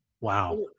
Wow